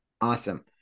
Awesome